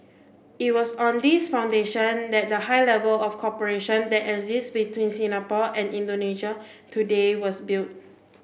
it was on this foundation that the high level of cooperation that exists between Singapore and Indonesia today was built